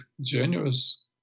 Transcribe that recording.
generous